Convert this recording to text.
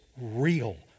real